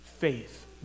faith